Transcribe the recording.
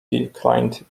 declined